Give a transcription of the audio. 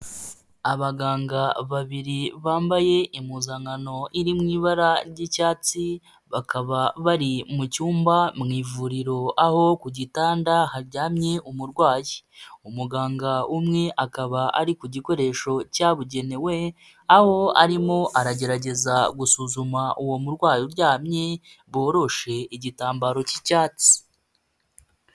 Abaganga babiri bambaye impuzankano iri mu ibara ry'icyatsi, bakaba bari mu cyumba mu ivuriro, aho ku gitanda haryamye umurwayi. Umuganga umwe akaba ari ku gikoresho cyabugenewe, aho arimo aragerageza gusuzuma uwo murwayi uryamye, boroshe igitambaro cy'icyatsi.